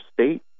state